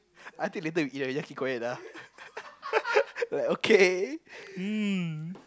I think later when we eat right we just keep quiet ah like okay hmm